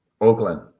Oakland